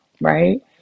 right